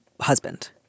husband